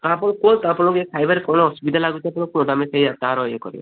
ଆପଣ କୁହ ତାପରେ ମୁଁ ଯାଇ ଖାଇବାରେ କ'ଣ ଅସୁବିଧା ଲାଗୁଛି ଆପଣ କୁହନ୍ତୁ ଆମେ ସେଇ ତାର ଇଏ କରିବା